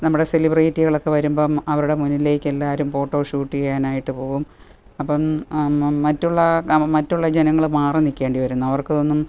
നമ്മള് സെലിബ്രെറ്റികളൊക്കെ വരുമ്പോള് അവരുടെ മുന്നിലേക്ക് എല്ലാവരും ഫോട്ടോ ഷൂട്ട് ചെയ്യാനായിട്ട് പോകും അപ്പോള് മറ്റുള്ള മറ്റുള്ള ജനങ്ങളും മാറി നില്ക്കേണ്ടി വരുന്നു അവർക്ക് ഇതൊന്നും